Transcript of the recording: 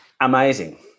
Amazing